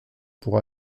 pour